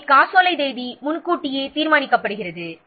எனவே இங்கே காசோலை தேதி முன்கூட்டியே தீர்மானிக்கப்படுகிறது